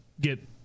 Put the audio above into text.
get